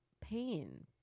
pain